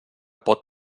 pot